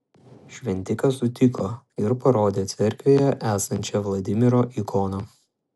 šventikas sutiko ir parodė cerkvėje esančią vladimiro ikoną